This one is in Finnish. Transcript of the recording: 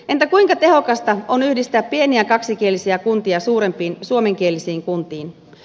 entä kuinka tehokasta on yhdistää pieniä kaksikielisiä kuntia suurempiin suomenkielisiin kuntiin